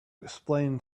explain